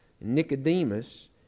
Nicodemus